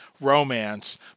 romance